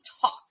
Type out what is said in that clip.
talk